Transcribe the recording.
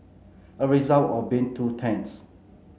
a result of being two tents